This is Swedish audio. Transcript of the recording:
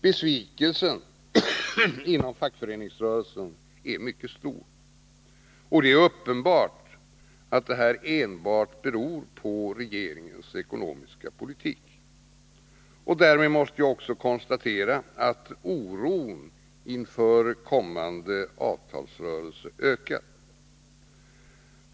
Besvikelsen inom fackföreningsrörelsen är mycket stor, och det är uppenbart att detta beror enbart på regeringens ekonomiska politik. Därmed måste jag också konstatera att oron inför kommande avtalsrörelse ökar.